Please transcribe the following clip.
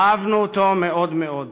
אהבנו אותו מאוד מאוד.